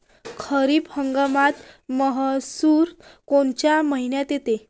खरीप हंगामात मान्सून कोनच्या मइन्यात येते?